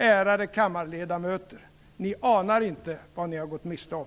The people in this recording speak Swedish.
Ärade kammarledamöter, ni anar inte vad ni gått miste om!